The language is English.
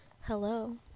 Hello